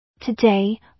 Today